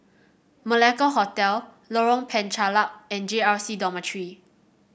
Malacca Hotel Lorong Penchalak and J R C Dormitory